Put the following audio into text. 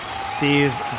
sees